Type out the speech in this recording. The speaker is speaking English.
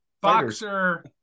boxer